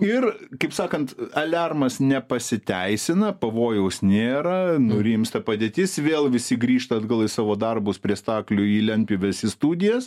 ir kaip sakant aliarmas nepasiteisina pavojaus nėra nurimsta padėtis vėl visi grįžta atgal į savo darbus prie staklių į lentpjūves į studijas